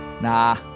nah